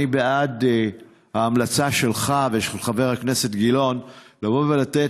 אני בעד ההמלצה שלך ושל חבר הכנסת גילאון לבוא ולתת